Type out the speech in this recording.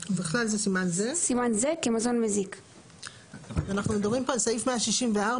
זה כמזון מזיק."; אנחנו מדברים פה על סעיף 164,